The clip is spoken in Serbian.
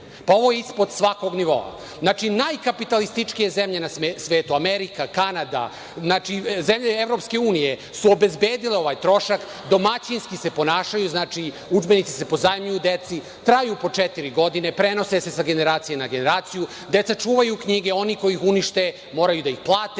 Pa, ovo je ispod svakog nivoa. Znači, najkapitalističkije zemlje na svetu, Amerika, Kanada, zemlje EU su obezbedile ovaj trošak i domaćinski se ponašaju. Udžbenici se pozajmljuju deci, traju po četiri godine, prenose se sa generacije na generaciju. Deca čuvaju knjige. Oni koji ih unište, moraju da ih plate